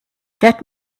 get